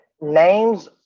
names